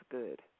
good